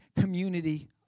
community